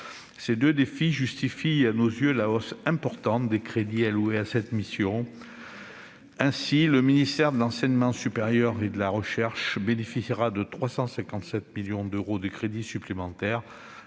Ces deux défis justifient à nos yeux la hausse importante des crédits alloués à cette mission. Ainsi, le ministère de l'enseignement supérieur et de la recherche bénéficiera de 357 millions d'euros de crédits supplémentaires,